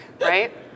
right